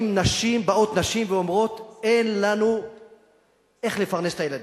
באות נשים ואומרות: אין לנו איך לפרנס את הילדים.